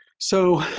so,